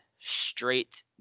straight